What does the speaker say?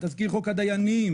תזכיר חוק הדיינים,